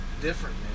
different